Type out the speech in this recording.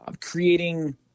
creating –